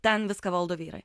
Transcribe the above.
ten viską valdo vyrai